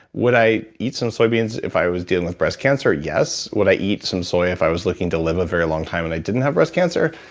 would i eat some soy beans if i was dealing with breast cancer? yes. would i eat some soy if i was looking to live a very long time and i didn't have breast cancer?